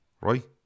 right